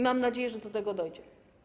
Mam nadzieję, że do tego dojdzie.